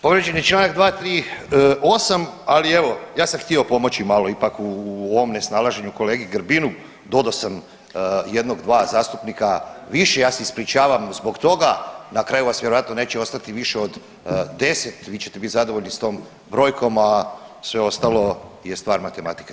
Povrijeđen je Članak 238., ali evo ja sam htio pomoći malo ipak u ovom nesnalaženju kolegi Grbinu, dodao sam jednog, dva zastupnika više, ja se ispričavam zbog toga, na kraju vas vjerojatno neće ostati više od 10, vi ćete biti zadovoljni s tom brojkom, a sve ostalo je stvar matematike.